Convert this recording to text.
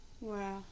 Wow